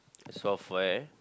software